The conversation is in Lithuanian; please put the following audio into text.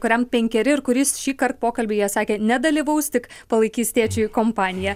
kuriam penkeri ir kuris šįkart pokalbyje sakė nedalyvaus tik palaikys tėčiui kompaniją